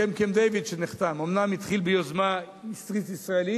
הסכם קמפ-דייוויד שנחתם התחיל אומנם ביוזמה מצרית-ישראלית,